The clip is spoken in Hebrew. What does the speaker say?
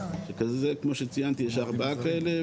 וכזה כמו שציינתי יש ארבעה כאלה,